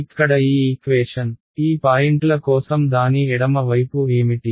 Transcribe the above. ఇక్కడ ఈ ఈక్వేషన్ ఈ పాయింట్ల కోసం దాని ఎడమ వైపు ఏమిటి